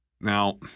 Now